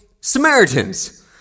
Samaritans